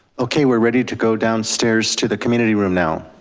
okay, we're ready to go downstairs to the community room now.